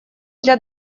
для